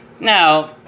Now